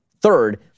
Third